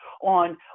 on